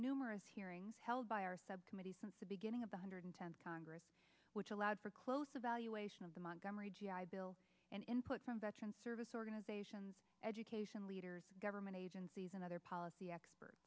numerous hearings held by our subcommittee since the beginning of the hundred tenth congress which allowed for close evaluation of the montgomery g i bill and input from veterans service organizations education leaders government agencies and other policy expert